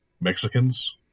Mexicans